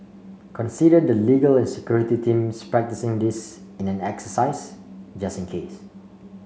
consider the legal and security teams practising this in an exercise just in case